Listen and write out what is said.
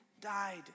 died